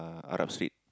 uh Arab-Street